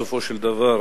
בסופו של דבר,